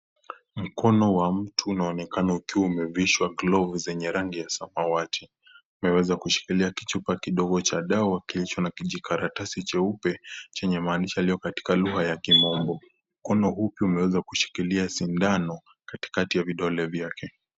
Mkono wa mtu unaonekana ukiwa umevishwa glovu zenye rangi ya samawati umeweza kushikilia kichupa kidogo cha dawa kilicho na kijikaratasi cheupe chenye maandishi yaliyo katika lugha ya kimombo. Mkono huu pia umeweza kushikilia sindano katikaka ya vidole vyake.